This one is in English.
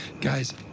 guys